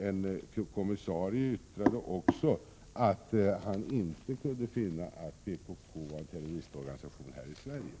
En kommissarie yttrade också att han inte kunde finna att PKK var en terroristorganisation här i Sverige.